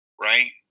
right